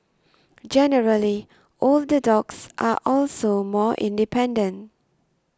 generally older dogs are also more independent